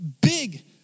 big